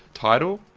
title,